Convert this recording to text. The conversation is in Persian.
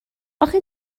آخه